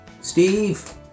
Steve